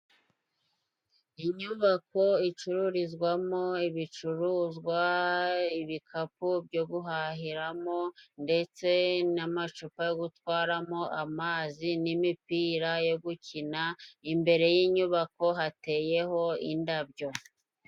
Inyubako icururizwamo ibicuruzwa, ibikapu byo guhahiramo, ndetse n'amacupa yo gutwaramo amazi, n'imipira yo gukina, imbere yinyubako hateyeho indabyo.